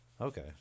Okay